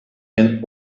and